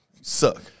Suck